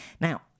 Now